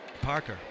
Parker